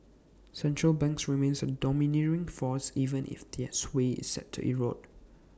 central banks remain A domineering force even if their sway is set to erode